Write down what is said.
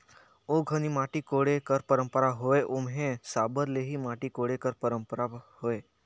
ओ घनी माटी कोड़े कर पंरपरा होए ओम्हे साबर ले ही माटी कोड़े कर परपरा होए